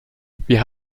wir